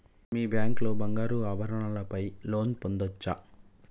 మీ bank లో బంగారు ఆభరణాల పై లోన్ పొందచ్చా?